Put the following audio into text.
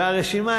והרשימה,